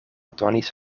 donis